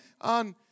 on